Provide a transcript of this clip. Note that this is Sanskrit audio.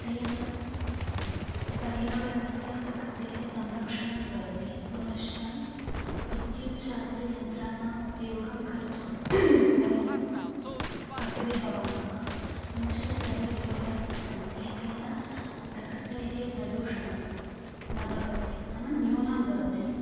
तेन पर्यावरणस्य प्रकृतेः संरक्षणं भवति पुनश्च विद्युत्चालितयन्त्राणाम् उपयोगं कर्तुं वयम् अग्रे भवामः पुनश्च सर्वे कुर्वन्तस्सन्ति तेन प्रकृतेः प्रदूषणं न भवति नाम न्यूनं भवति